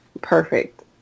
perfect